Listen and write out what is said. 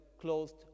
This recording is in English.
closed